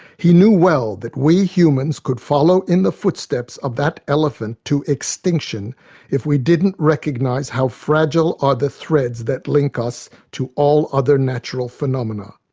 he knew well that we humans could follow in the footsteps of that elephant to extinction if we didn't recognize how fragile are the threads that link us to all other natural phenomena.